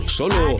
solo